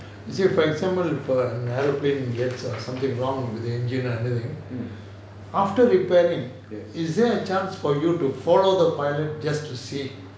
mm yes